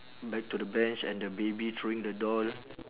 back to the bench and the baby throwing the doll